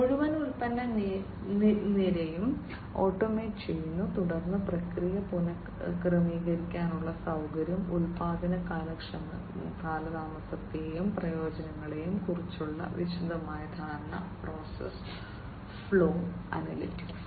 മുഴുവൻ ഉൽപ്പന്ന നിരയും ഓട്ടോമേറ്റ് ചെയ്യുന്നു തുടർന്ന് പ്രക്രിയ പുനഃക്രമീകരിക്കാനുള്ള സൌകര്യം ഉൽപ്പാദന കാലതാമസത്തെയും പരാജയങ്ങളെയും കുറിച്ചുള്ള വിശദമായ ധാരണ പ്രോസസ്സ് ഫ്ലോ അനലിറ്റിക്സ്